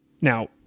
Now